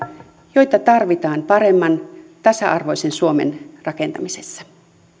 joita tarvitaan paremman tasa arvoisen suomen rakentamisessa